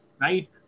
right